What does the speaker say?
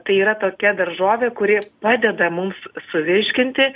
tai yra tokia daržovė kuri padeda mums suvirškinti